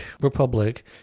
Republic